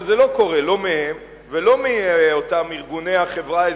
אבל זה לא קורה לא מהם ולא מאותם ארגוני החברה האזרחית.